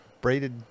braided